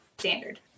Standard